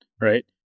right